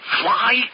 Fly